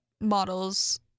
models